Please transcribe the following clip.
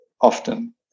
often